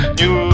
new